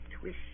twist